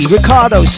Ricardo